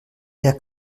der